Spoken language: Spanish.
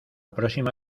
próxima